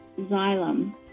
Xylem